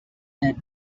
had